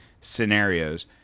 scenarios